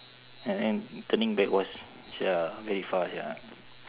and then turning back was shit ah very far sia